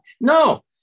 No